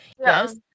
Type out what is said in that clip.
yes